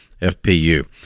FPU